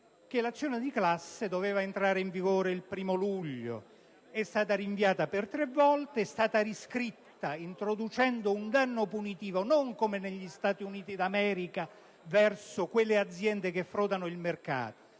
l'azione di classe doveva entrare in vigore il 1° luglio. È stata rinviata per tre volte e riscritta, introducendo un danno punitivo non, come negli Stati Uniti d'America, verso quelle aziende che frodano il mercato,